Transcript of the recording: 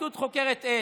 הפרקליטות חוקרת עד,